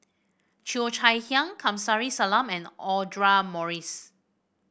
Cheo Chai Hiang Kamsari Salam and Audra Morrice